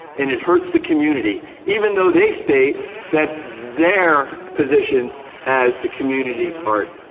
and it hurts the community, even though they state that their position has the community's heart,